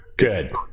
Good